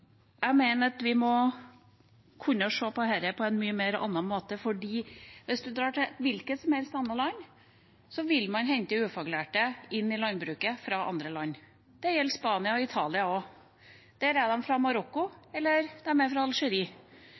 Jeg mener at vi må kunne se på dette på en annen måte, for hvis man drar til et hvilket som helst annet land, vil man se at man henter ufaglærte inn i landbruket fra andre land. Det gjelder Spania og Italia også. Der er de fra Marokko eller Algerie. Sånn er